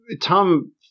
Tom